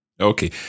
Okay